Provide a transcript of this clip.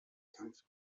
kampf